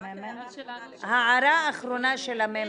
הערה אחרונה של הממ"מ.